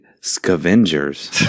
scavengers